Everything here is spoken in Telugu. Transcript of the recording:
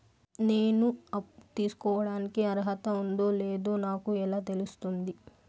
నేను అప్పు తీసుకోడానికి అర్హత ఉందో లేదో నాకు ఎలా తెలుస్తుంది?